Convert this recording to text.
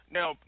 Now